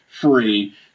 free